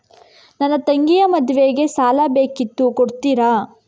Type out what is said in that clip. ನನ್ನ ತಂಗಿಯ ಮದ್ವೆಗೆ ಸಾಲ ಬೇಕಿತ್ತು ಕೊಡ್ತೀರಾ?